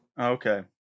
okay